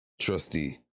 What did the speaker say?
trustee